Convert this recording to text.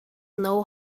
know